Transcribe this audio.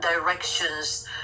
directions